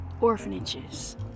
orphanages